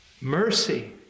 Mercy